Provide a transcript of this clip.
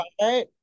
right